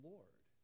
Lord